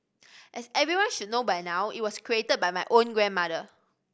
as everyone should know by now it was created by my own grandmother